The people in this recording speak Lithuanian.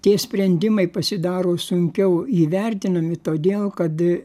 tie sprendimai pasidaro sunkiau įvertinami todėl kad